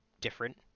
different